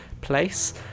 place